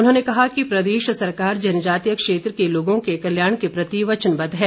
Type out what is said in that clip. उन्होंने कहा कि प्रदेश सरकार जनजातीय क्षेत्र को लोगों के कल्याण के प्रति वचनबद्ध है